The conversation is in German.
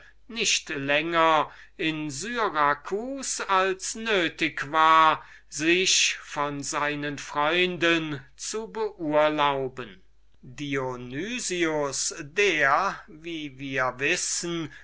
nicht längere zeit zu syracus als er gebrauchte sich von seinen freunden zu beurlauben dionys welcher wie wir wissen